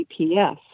GPS